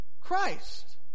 Christ